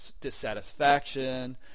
dissatisfaction